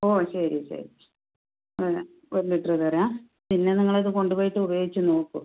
ഓ ശരി ശരി അല്ല ഒരു ലിറ്റർ തരാം പിന്നെ നിങ്ങൾ ഇത് കൊണ്ട് പോയിട്ട് ഉപയോഗിച്ച് നോക്കൂ